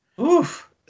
Oof